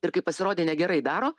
ir kaip pasirodė negerai daro